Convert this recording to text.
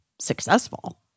successful